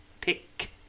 Pick